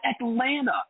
Atlanta